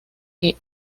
que